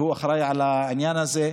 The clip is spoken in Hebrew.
שהוא אחראי לעניין הזה,